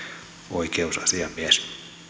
oikeusasiamies